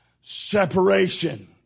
separation